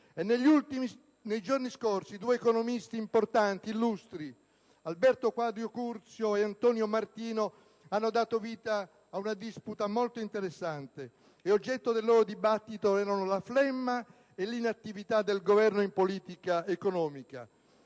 Nei giorni scorsi, due illustri economisti, Alberto Quadrio Curzio e Antonio Martino, hanno dato vita ad una disputa molto interessante. Oggetto del dibattito erano la flemma e l'inattività del Governo in politica economica.